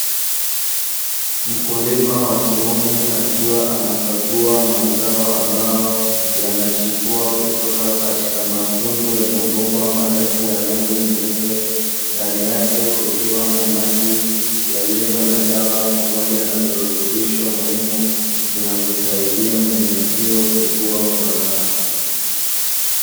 Mkulima wa kiume akiwa anakagua mazao; ambayo yanachipua kutoka katika matundu ya mabomba marefu ya rangi nyeupe, ndani yake kukiwa na maji yaliyo na dawa pamoja na virutubisho muhimu; vinavyosaidia mimea hiyo kukua kwa haraka.